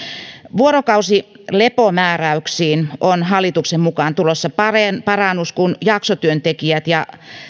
vuorokausilepomääräyksiin on hallituksen mukaan tulossa parannus kun jaksotyöntekijät ja